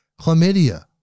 chlamydia